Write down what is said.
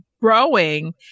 growing